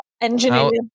Engineering